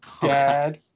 dad